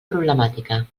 problemàtica